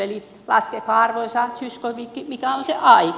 eli laskekaa arvoisa zyskowiczkin mikä on se aika